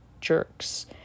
jerks